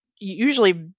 usually